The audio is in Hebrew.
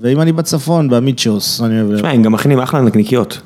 ואם אני בצפון, במיצ'יוס, אני מבין. תשמע, הם גם מכינים אחלה נקניקיות.